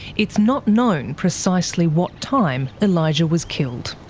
it's not known precisely what time elijah was killed.